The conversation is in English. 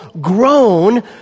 grown